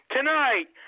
Tonight